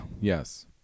Yes